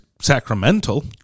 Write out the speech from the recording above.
sacramental